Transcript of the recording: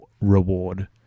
reward